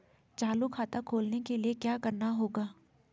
चालू खाता खोलने के लिए क्या करना होगा?